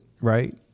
right